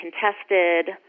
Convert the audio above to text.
contested